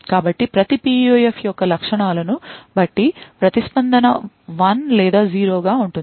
కాబట్టి ప్రతి PUF యొక్క లక్షణాలను బట్టి ప్రతిస్పందన 1 లేదా 0 గా ఉంటుంది